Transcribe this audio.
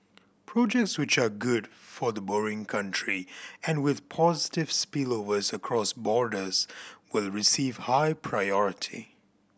projects which are good for the borrowing country and with positive spillovers across borders will receive high priority